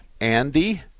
Andy